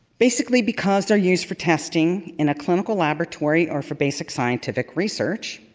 basically because they're used for testing in a clinical laboratory or for basic scientific research.